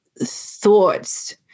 thoughts